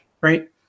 right